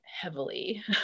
heavily